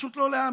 פשוט לא להאמין.